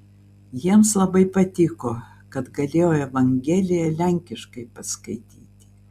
jiems labai patiko kad galėjau evangeliją lenkiškai paskaityti